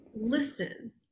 listen